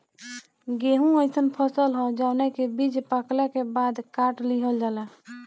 गेंहू अइसन फसल ह जवना के बीज पकला के बाद काट लिहल जाला